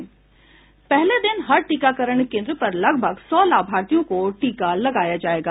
पहले दिन हर टीकाकरण केंद्र पर लगभग सौ लाभार्थियों को टीका लगाया जाएगा